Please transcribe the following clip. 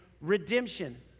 redemption